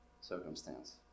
circumstance